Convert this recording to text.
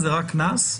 זה רק קנס?